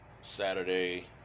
Saturday